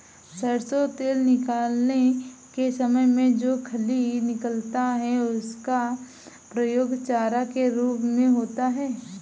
सरसों तेल निकालने के समय में जो खली निकलता है उसका प्रयोग चारा के रूप में होता है